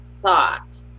thought